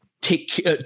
take